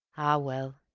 ah well!